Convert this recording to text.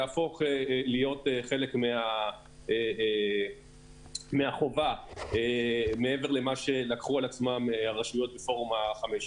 יהפוך להיות חלק מהחובה מעבר למה שלקחו על עצמן הרשויות בפורום ה-15.